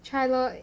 try lor